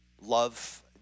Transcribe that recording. Love